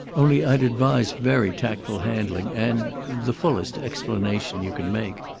only i'd advise very tactful handling and the fullest explanation you can make.